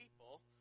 people